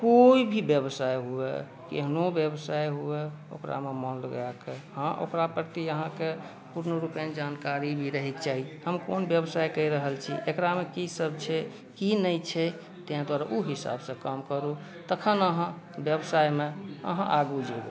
कोई भी व्यवसाय हुए केहनो व्यवसाय हुए ओकरामे मोन लगाके हँ ओकरा प्रति अहाँके शुरूमे कनी जानकारी भी रहैक चाही हम कोन व्यवसाय कऽ रहल छी एकरामे कीसभ छै की नहि छै तेँ द्वारे ओ हिसाबसँ काम करू तखन अहाँ व्यवसायमे अहाँ आगू जेबै